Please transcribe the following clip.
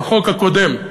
בחוק הקודם.